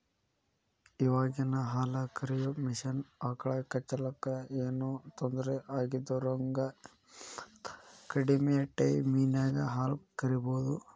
ಇವಾಗಿನ ಹಾಲ ಕರಿಯೋ ಮಷೇನ್ ಆಕಳ ಕೆಚ್ಚಲಕ್ಕ ಏನೋ ತೊಂದರೆ ಆಗದಿರೋಹಂಗ ಮತ್ತ ಕಡಿಮೆ ಟೈಮಿನ್ಯಾಗ ಹಾಲ್ ಕರಿಬಹುದು